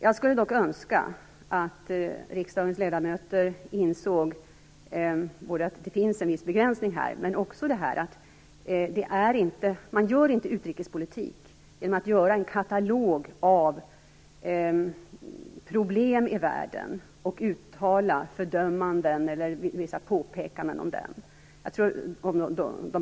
Jag skulle önska att riksdagens ledamöter insåg att det finns en viss begränsning men också att man inte för utrikespolitik genom att göra en katalog av problem i världen och uttala fördömanden eller göra vissa påpekanden om dem.